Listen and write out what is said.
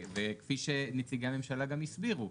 וכפי שנציגי הממשלה גם הסבירו,